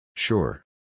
Sure